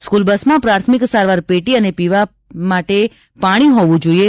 school બસમાં પ્રાથમિક સારવાર પેટી અને પીવા માટેનું પાણી હોવું જોઈએ